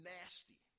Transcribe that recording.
nasty